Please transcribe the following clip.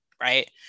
right